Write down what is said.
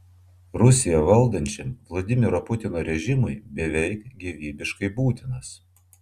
rusiją valdančiam vladimiro putino režimui beveik gyvybiškai būtinas